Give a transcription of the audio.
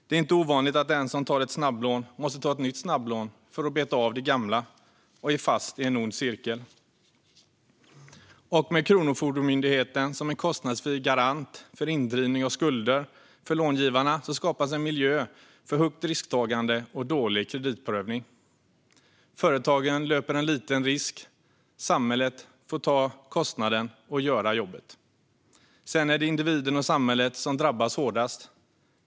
Det är inte ovanligt att den som tagit ett snabblån måste ta ett nytt snabblån för att beta av det gamla och fastnar i en ond cirkel. Med Kronofogdemyndigheten som kostnadsfri garant för indrivning av skulder till långivarna skapas en miljö för högt risktagande och dålig kreditprövning. Företagen löper en liten risk, samhället får ta kostnaden och göra jobbet. Sedan är det individen och samhället som drabbas hårdast.